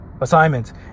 Assignments